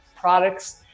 products